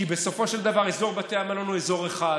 כי בסופו של דבר אזור בתי המלון הוא אזור אחד.